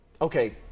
Okay